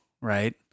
right